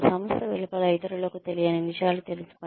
సంస్థ వెలుపల ఇతరులకు తెలియని విషయాలు తెలుసుకోండి